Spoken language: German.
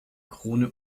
krone